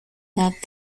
that